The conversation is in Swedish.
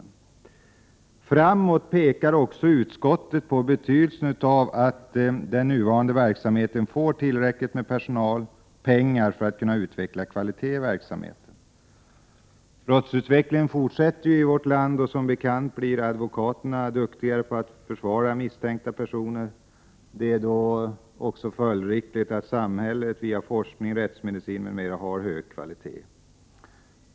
För framtiden pekar också utskottet på betydelsen av att den nuvarande verksamheten får tillräckligt med personal och pengar för att kunna utveckla kvalitet i verksamheten. Brottsutvecklingen fortsätter i vårt land, och som bekant blir advokaterna skickligare på att försvara brottsmisstänkta personer. Det är i det sammanhanget följdriktigt att samhällets forskning och rättsmedicin är av hög kvalitet.